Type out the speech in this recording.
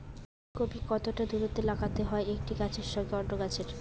ফুলকপি কতটা দূরত্বে লাগাতে হয় একটি গাছের সঙ্গে অন্য গাছের?